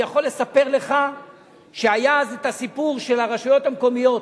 אני יכול לספר לך שהיה אז הסיפור של הרשויות המקומיות,